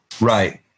right